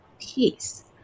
peace